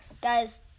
guys